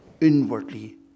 inwardly